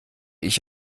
ich